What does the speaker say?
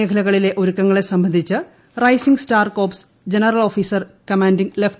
മേഖലകളിലെ ഒരുക്കങ്ങളെ സംബന്ധിച്ച് rising star corps general officer commanding ലഫ്